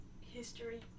History